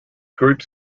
groups